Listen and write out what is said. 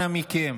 אנא מכם,